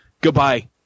Goodbye